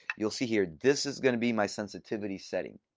you'll see here, this is going to be my sensitivity setting.